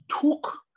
took